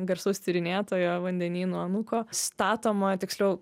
garsaus tyrinėtojo vandenyno anūko statoma tiksliau